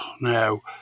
no